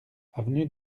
avenue